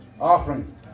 Offering